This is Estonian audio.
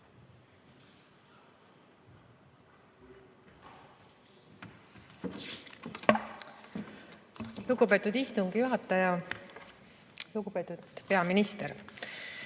Austatud istungi juhataja! Lugupeetud peaminister!